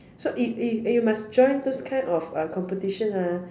so if if you must join those kind of uh competition ah